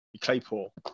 Claypool